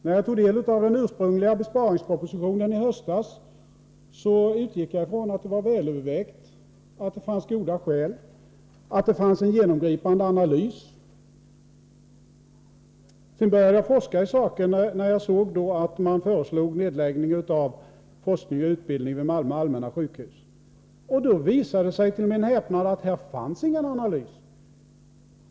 När jag tog del av den ursprungliga besparingspropositionen i höstas, utgick jag ifrån att den var väl övervägd, att det fanns goda skäl för den och att det fanns en genomgripande analys bakom den. När jag såg att man föreslog nedläggning av forskning och utbildning vid Malmö Allmänna sjukhus började jag forska i saken. Det visade sig då till min häpnad att det inte fanns någon analys.